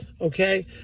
okay